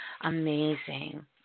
amazing